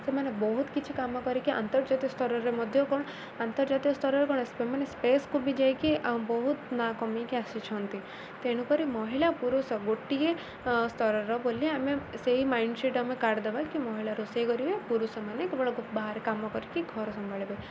ସେମାନେ ବହୁତ କିଛି କାମ କରିକି ଆନ୍ତର୍ଜାତୀୟ ସ୍ତରରେ ମଧ୍ୟ କ'ଣ ଆନ୍ତର୍ଜାତୀୟ ସ୍ତରରେ କ'ଣ ସେମାନେ ସ୍ପେସ୍କୁ ବି ଯାଇକି ବହୁତ ନା କମେଇକି ଆସିଛନ୍ତି ତେଣୁକରି ମହିଳା ପୁରୁଷ ଗୋଟିଏ ସ୍ତରର ବୋଲି ଆମେ ସେଇ ମାଇଣ୍ଡ ସେଟ୍ ଆମେ କାଢ଼ି ଦବା କି ମହିଳା ରୋଷେଇ କରିବେ ପୁରୁଷମାନେ କେବଳ ବାହାରେ କାମ କରିକି ଘର ସମ୍ଭାଳିବେ